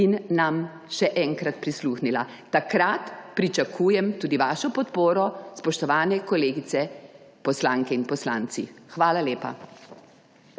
in nam še enkrat prisluhnila. Takrat pričakujem tudi vašo podporo, spoštovane kolegice poslanke in poslanci. Hvala lepa.